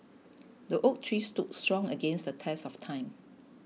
the oak tree stood strong against the test of time